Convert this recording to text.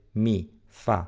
mi, fa,